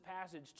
passage